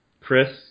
Chris